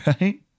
right